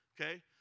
okay